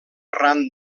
ran